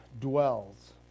dwells